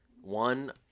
one